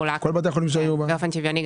חולק באופן שוויוני,